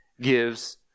gives